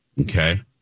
Okay